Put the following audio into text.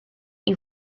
you